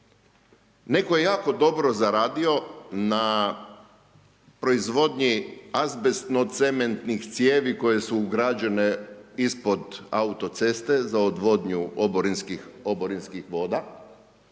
netko je jako dobro zaradio na proizvodnji azbestno-cementnih cijevi koje su ugrađene ispod autoceste za odvodnju oborinskih voda.